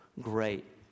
great